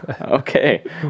okay